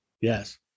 Yes